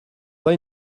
pas